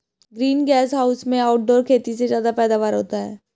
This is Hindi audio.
ग्रीन गैस हाउस में आउटडोर खेती से ज्यादा पैदावार होता है